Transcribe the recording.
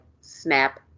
snap